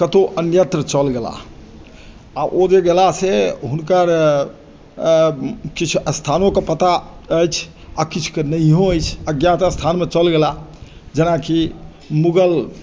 कतौ अन्यत्र चलि गेलाह आ ओ जे गेलाह से हुनकर किछु स्थानो के पता अछि आ किछु के नहियो अछि अज्ञात स्थान मे चल गेलाह जेना कि मुगल